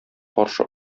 каршы